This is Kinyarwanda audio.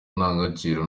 ndangagaciro